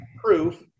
proof